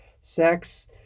sex